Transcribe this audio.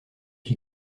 qui